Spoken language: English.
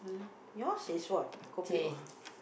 yours is what kopi O